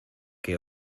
que